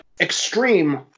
extreme